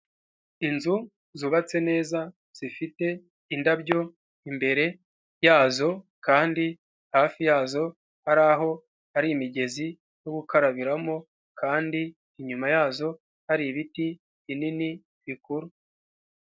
Inzu, zubatse neza, zifite, indabyo, imbere, yazo, kandi hafi yazo. haraho hari imigezi yo gukarabiramo, kandi inyuma yazo, hari ibiti binini, bikuru.